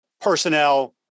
personnel